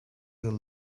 yıl